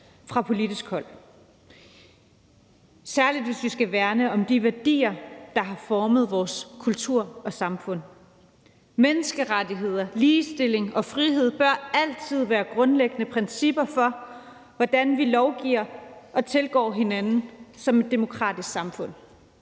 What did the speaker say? fra politisk hold, særlig hvis vi skal værne om de værdier, der har formet vores kultur og samfund. Menneskerettigheder, ligestilling og frihed bør altid være grundlæggende principper for, hvordan vi lovgiver og tilgår hinanden som et demokratisk samfund.